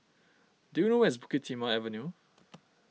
do you know where is Bukit Timah Avenue